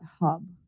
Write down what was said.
hub